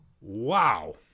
Wow